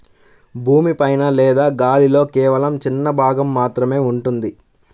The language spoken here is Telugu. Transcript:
భూమి పైన లేదా గాలిలో కేవలం చిన్న భాగం మాత్రమే ఉంటుంది